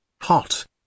hot